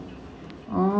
oh